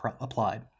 applied